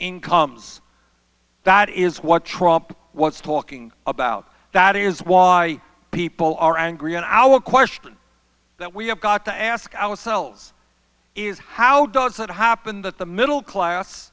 incomes that is what trump was talking about that is why people are angry and our question that we have got to ask ourselves is how does it happen that the middle class